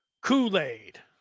Kool-Aid